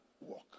walk